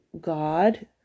god